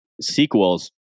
sequels